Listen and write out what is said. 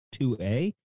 2A